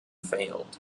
failed